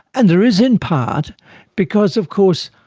and there is in part because of course